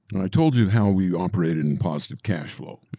and i told you how we operated in positive cash flow,